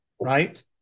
right